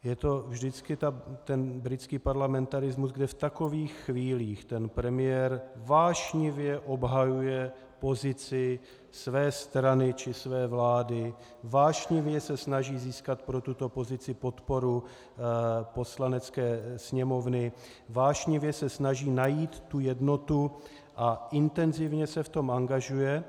Je to vždycky ten britský parlamentarismus, kdy v takových chvílích ten premiér vášnivě obhajuje pozici své strany či své vlády, vášnivě se snaží získat pro tuto pozici podporu Poslanecké sněmovny, vášnivě se snaží najít tu jednotu a intenzivně se v tom angažuje.